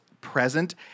present